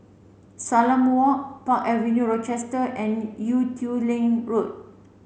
Salam Walk Park Avenue Rochester and Ee Teow Leng Road